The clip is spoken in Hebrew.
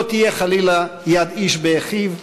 לא תהיה חלילה יד איש באחיו,